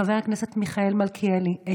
חבר הכנסת מיכאל מלכיאלי,